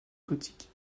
gothique